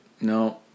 No